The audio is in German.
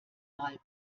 mal